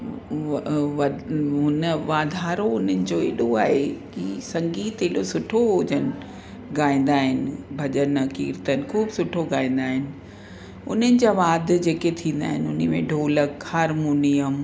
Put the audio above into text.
उन वाधारो उन्हनि जो एॾो आहे की संगीत एॾो सुठो उहो जन ॻाईंदा आहिनि भॼन कीर्तन ख़ूबु सुठो ॻाईंदा आहिनि उन्हनि जा वाद्द जेके थींदा आहिनि उन में ढोलक हारमोनियम